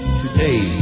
today